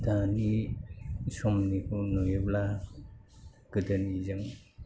दानि समनिखौ नुयोब्ला गोदोनिजों